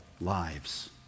lives